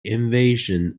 invasion